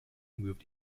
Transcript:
moved